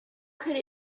could